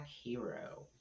Hero